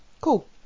Cool